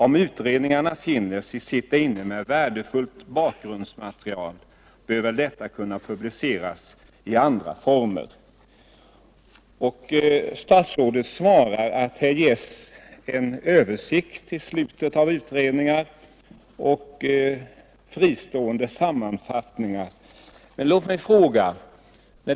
Om utredningarna befinnes sitta inne med värdefullt bakgrunds material bör väl detta kunna publiceras i andra former. Statsrådet svarar att det ges en översikt i slutet av utredningar och dessutom fristående sammanfattningar. Men låt mig ta ett exempel.